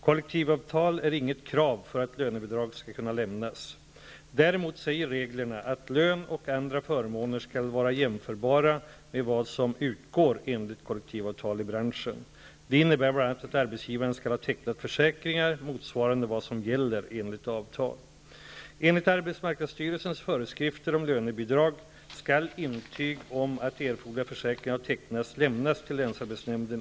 Kollektivavtal är inget krav för att lönebidrag skall kunna lämnas. Däremot säger reglerna att lön och andra förmåner skall vara jämförbara med vad som utgår enligt kollektivavtal i branschen. Det innebär bl.a. att arbetsgivaren skall ha tecknat försäkringar motsvarande vad som gäller enligt avtal.